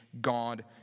God